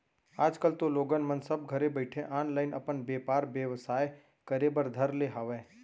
आज कल तो लोगन मन सब घरे बइठे ऑनलाईन अपन बेपार बेवसाय करे बर धर ले हावय